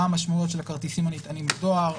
מה המשמעויות של הכרטיסים הנטענים בדואר.